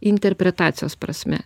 interpretacijos prasme